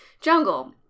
jungle